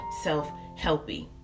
self-helpy